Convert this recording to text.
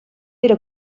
era